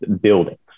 buildings